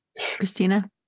Christina